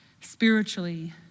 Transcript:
spiritually